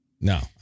no